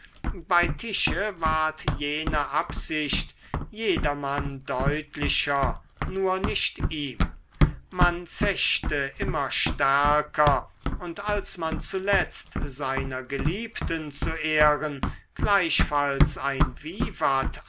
bei tische ward jene absicht jedermann deutlicher nur nicht ihm man zechte immer stärker und als man zuletzt seiner geliebten zu ehren gleichfalls ein vivat